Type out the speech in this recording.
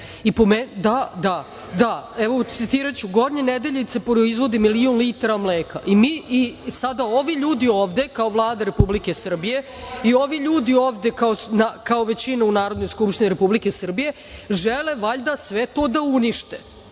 Ne, nisam.)Da, da. Citiraću: „Gornje Nedeljice proizvodi milion litara mleka“. Sada ovi ljudi ovde kao Vlada Republike Srbije i ovi ljudi ovde kao većina u Narodnoj skupštini Republike Srbije žele valjda sve to da unište